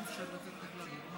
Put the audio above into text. אי-אפשר לתת בכלל.